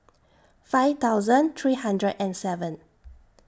five thousand three hundred and seven